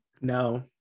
No